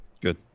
Good